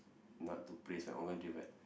not to praise my own country but